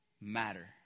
matter